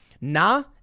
Na